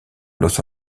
los